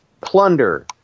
plunder